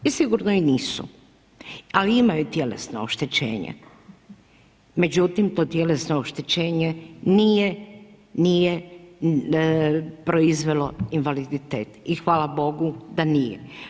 I sigurno i nisu ali imaju tjelesno oštećenje međutim to tjelesno oštećenje nije proizvelo invaliditet i hvala Bogu da nije.